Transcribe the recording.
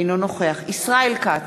אינו נוכח ישראל כץ,